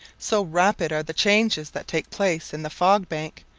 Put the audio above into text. so rapid are the changes that take place in the fog-bank,